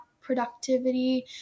productivity